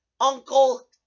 uncle